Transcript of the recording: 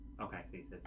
Okay